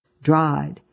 dried